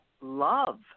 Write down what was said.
love